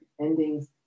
endings